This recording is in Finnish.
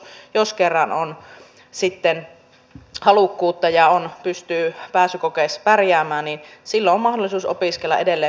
jos kerran on halukkuutta ja pystyy pääsykokeissa pärjäämään niin silloin on mahdollisuus opiskella edelleen myös täällä